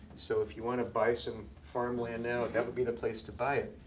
so if you want to buy some farmland now, that would be the place to buy it.